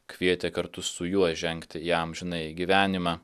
kvietė kartu su juo žengti į amžinąjį gyvenimą